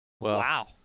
Wow